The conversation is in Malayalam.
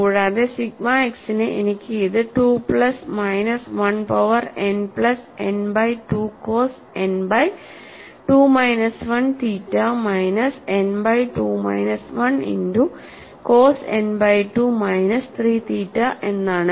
കൂടാതെ സിഗ്മ x ന് എനിക്ക് ഇത് 2 plus minus 1 power n plus n by 2 cos n by 2 minus 1 theta minus n by 2 minus 1 into cos n by 2 minus 3 theta എന്നാണ്